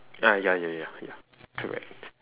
ah ya ya ya ya correct